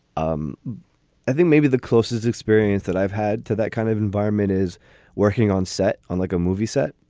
um i think maybe the closest experience that i've had to that kind of environment is working on set on like a movie set.